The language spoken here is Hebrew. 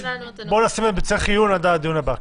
בואו נשים בצריך עיון עד הדיון הבא.